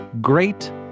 great